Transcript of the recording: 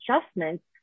adjustments